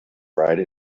bride